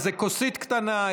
איזו כוסית קטנה,